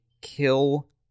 kill